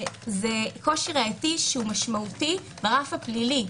זה קושי ראייתי משמעותי ברף הפלילי,